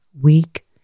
weak